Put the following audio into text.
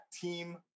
team